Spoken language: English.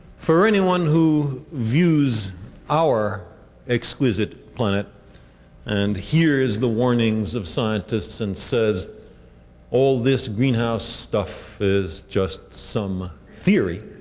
for anyone who views our exquisite planet and hears the warnings of scientists and says all this greenhouse stuff is just some theory,